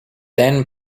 then